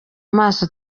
maso